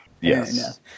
yes